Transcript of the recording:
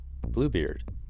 Bluebeard